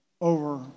over